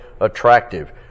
attractive